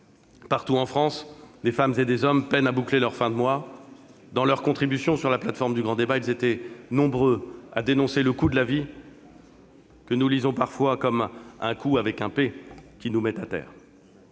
Partout en France, des femmes et des hommes peinent à boucler leurs fins de mois. Dans leurs contributions sur la plateforme du grand débat, ils étaient nombreux à dénoncer le coût de la vie, qui s'entend parfois comme un « coup » qui nous met à terre.